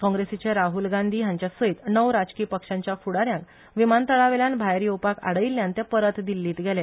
कॉग्रेसिच्या राह्ल गांधी हांच्यासयत णव राजकी पक्षांच्या फुडा यांक विमानतळावेल्यान भायर येवपाक आडायल्ल्यान ते परत दिल्लींत गेले